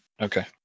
Okay